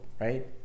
right